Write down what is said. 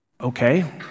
Okay